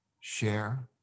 share